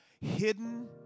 hidden